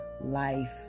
life